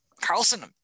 Carlson